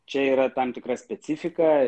čia yra tam tikra specifika